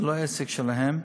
זה לא עסק שלהם,